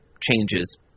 changes